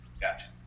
Gotcha